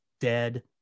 dead